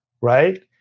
right